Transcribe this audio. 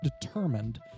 determined